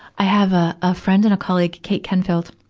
i have a, a friend and a colleague kate kenfield,